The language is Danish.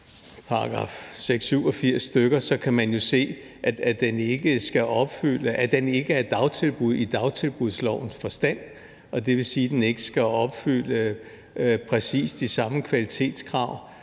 omkring § 86 eller 87, se, at den ikke er dagtilbud i dagtilbudslovens forstand, og det vil sige, at den ikke skal opfylde præcis de samme kvalitetskrav,